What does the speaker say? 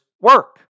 work